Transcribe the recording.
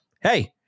hey